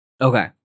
Okay